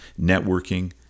networking